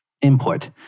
input